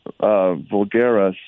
Vulgaris